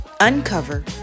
uncover